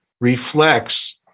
reflects